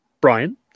Brian